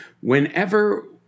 Whenever